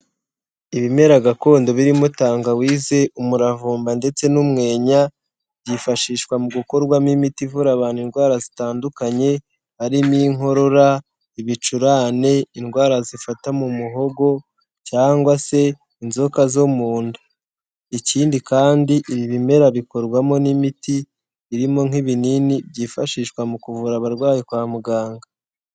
Ibimera gakondo birimo tangawize, umuravumba ndetse n'umwenya byifashishwa mu gukorwamo imiti ivura abantu indwara zitandukanye harimo inkorora, ibicurane, indwara zifata mu muhogo cyangwa se inzoka zo mu nda ikindi kandi ibi bimera bikorwamo n'imiti irimo nk'ibinini byifashishwa mu kuvura abarwayi kwa muganga.